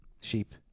Sheep